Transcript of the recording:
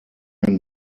ein